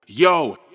Yo